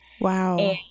Wow